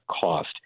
cost